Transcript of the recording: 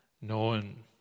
known